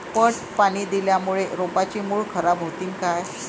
पट पाणी दिल्यामूळे रोपाची मुळ खराब होतीन काय?